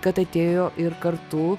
kad atėjo ir kartu